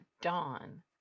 dawn